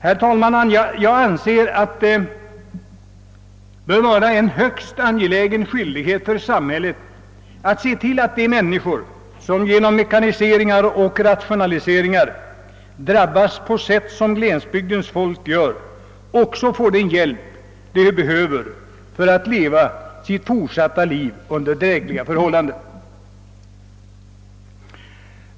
Det bör, herr talman, vara en högst angelägen skyldighet för samhället att se till att de människor, som genom mekaniseringar och rationaliseringar drabbas så som glesbygdens folk, också får den hjälp de behöver för att leva sitt fortsatta liv under drägliga förhållanden.